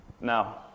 Now